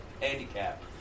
handicap